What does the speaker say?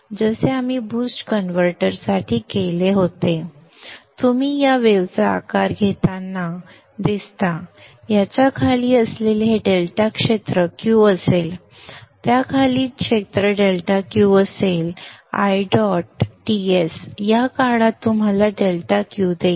जसे आपण BOOST कन्व्हर्टरसाठी केले होते तुम्ही या वेव्ह चा आकार घेताना दिसता याच्या खाली असलेले क्षेत्र डेल्टा Q असेल त्याखालील क्षेत्र डेल्टा Q असेल IodTs या काळात तुम्हाला डेल्टा Q देईल